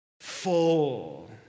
full